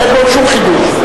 אין בו שום חידוש.